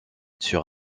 sur